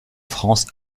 france